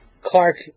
Clark